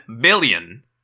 billion